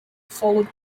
followed